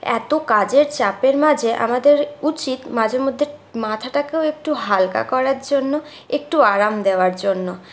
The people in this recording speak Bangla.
এত কাজের চাপের মাঝে আমাদের উচিত মাঝে মধ্যে মাথাটাকেও একটু হালকা করার জন্য একটু আরাম দেওয়ার জন্য